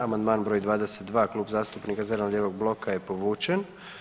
Amandman br. 22, Kluba zastupnika zeleno-lijevog bloka je povučen.